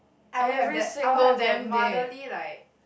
I will have that I will have that motherly like